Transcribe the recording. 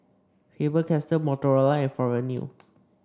Faber Castell Motorola and Forever New